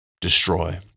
destroy